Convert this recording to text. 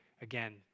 again